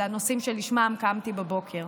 אלה הנושאים שלשמם קמתי בבוקר,